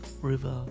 river